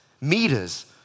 meters